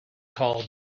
call